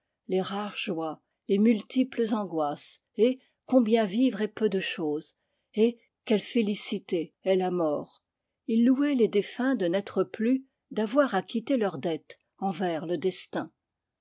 les rares joies les multiples angoisses et combien vivre est peu de chose et quelle félicité est la mort il louait les défunts de n'être plus d'avoir acquitté leur dette envers le destin